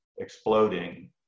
exploding